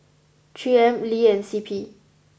three M Lee and C P